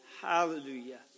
Hallelujah